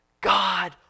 God